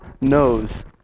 knows